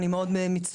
אני מאוד מצטערת,